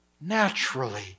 naturally